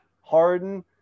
Harden